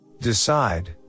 Decide